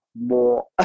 more